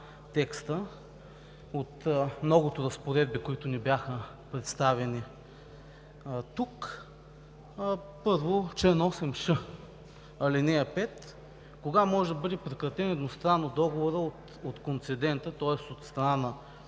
от многото разпоредби, които ни бяха представени тук. Първо, чл. 8ш, ал. 5 – кога може да бъде прекратен едностранно договорът от концедента, тоест от страна